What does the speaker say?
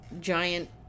giant